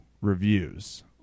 reviews